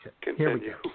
Continue